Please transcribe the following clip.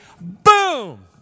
Boom